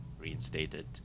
reinstated